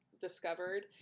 discovered